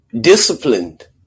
disciplined